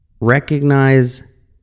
recognize